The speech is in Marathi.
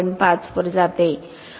5 वर जाते